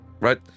right